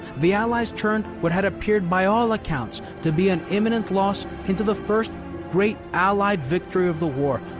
the allies turned what had appeared by all accounts to be an imminent loss into the first great allied victory of the war,